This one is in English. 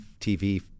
TV